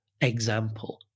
example